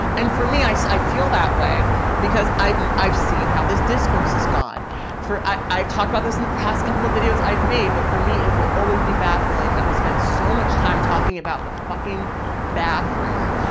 and for me, i so i feel that way because i've, and i've seen how this discourse has gone for, i talked about this in the past couple of videos i've made, but for me it will always be baffling that we spend so much time talking about the fucking bathroom,